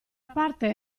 parte